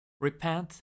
Repent